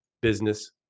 business